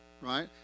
right